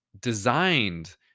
designed